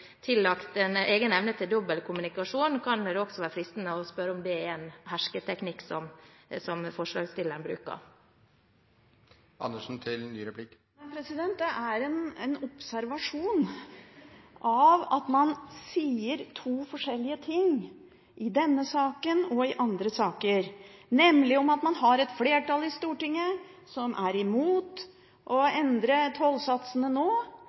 en hersketeknikk som forslagsstilleren bruker. Nei, det er en observasjon av at man sier to forskjellige ting i denne saken og i andre saker, nemlig at man har et flertall i Stortinget som er imot å endre tollsatsene nå,